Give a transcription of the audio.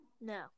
No